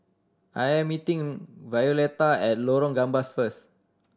I am meeting Violetta at Lorong Gambas first